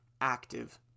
active